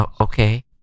Okay